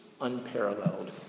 unparalleled